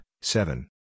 seven